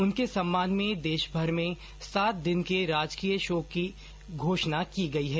उनके सम्मान में देशभर में सात दिन के राजकीय शोक की घोषणा की गई है